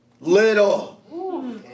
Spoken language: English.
Little